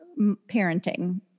parenting